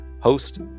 Host